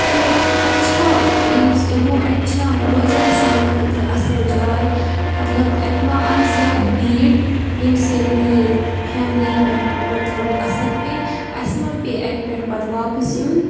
کہِ اَتہِ چھا ییٚلہِ أسۍ یِمو اَتہِ چھا روزیٛا سانہِ خٲطرٕ اَصٕل جاے مطلب اَتہِ ما آسہِ زیادٕ بیٖڑ ییٚمہِ سۭتۍ میٛٲنۍ فیملی پٮ۪ٹھ مطلب اثر پیٚیہِ اَسہِ ما پیٚیہِ اَتہِ پٮ۪ٹھ پَتہٕ واپَس یُن